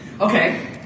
okay